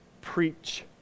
preach